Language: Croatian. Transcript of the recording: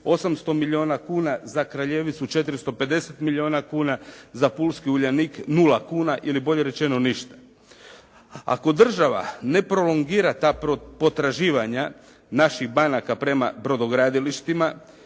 800 milijuna kuna, za Kraljevicu 450 milijuna kuna, za pulski Uljanik nula kuna ili bolje rečeno ništa. Ako država ne prolongira ta potraživanja naših banaka prema brodogradilištima,